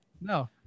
No